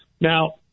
Now